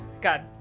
God